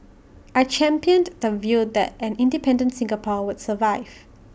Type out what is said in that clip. I championed the view that an independent Singapore would survive